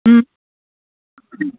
ও